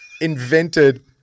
invented